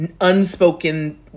unspoken